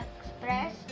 Express